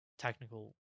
technical